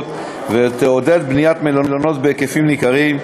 ותעודד בניית מלונות בהיקפים ניכרים,